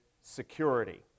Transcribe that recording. security